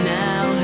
now